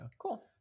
cool